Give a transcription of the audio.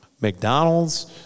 McDonald's